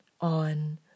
on